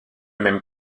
même